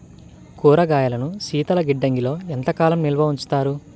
కూరగాయలను శీతలగిడ్డంగిలో ఎంత కాలం నిల్వ ఉంచుతారు?